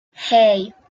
hey